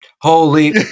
holy